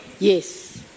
Yes